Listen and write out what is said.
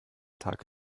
tag